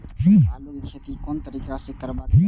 आलु के खेती कोन तरीका से करबाक चाही?